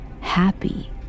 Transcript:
happy